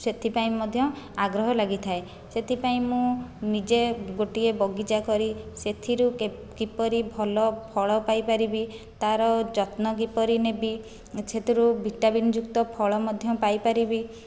ସେଥିପାଇଁ ମଧ୍ୟ ଆଗ୍ରହ ଲାଗିଥାଏ ସେଥିପାଇଁ ମୁଁ ନିଜେ ଗୋଟିଏ ବଗିଚା କରି ସେଥିରୁ କିପରି ଭଲ ଫଳ ପାଇପାରିବି ତାର ଯତ୍ନ କିପରି ନେବି ସେଥିରୁ ଭିଟାମିନ୍ ଯୁକ୍ତ ଫଳ ମଧ୍ୟ ପାଇପାରିବି